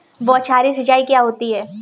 बौछारी सिंचाई क्या होती है?